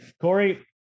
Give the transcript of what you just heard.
Corey